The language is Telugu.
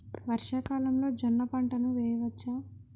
వర్షాకాలంలో జోన్న పంటను వేయవచ్చా?